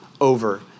over